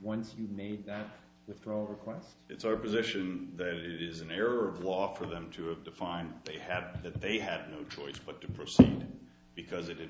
once you've made that withdrawal request it's our position that it is an error of law for them to have defined they had that they had no choice but to proceed because it had